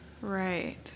Right